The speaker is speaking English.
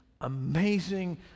amazing